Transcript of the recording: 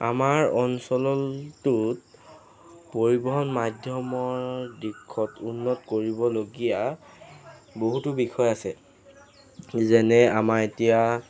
আমাৰ অঞ্চলটোত পৰিবহণ মাধ্যমৰ দিশত উন্নত কৰিবলগীয়া বহুতো বিষয় আছে যেনে আমাৰ এতিয়া